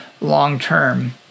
long-term